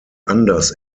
anders